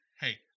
hey